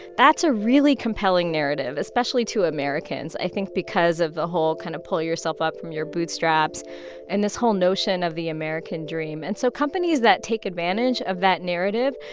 that's a really compelling narrative especially to americans i think because of the whole kind of pull yourself up from your bootstraps and this whole notion of the american dream and so companies that take advantage of that narrative,